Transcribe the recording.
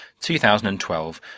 2012